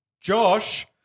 Josh